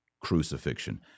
crucifixion